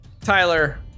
Tyler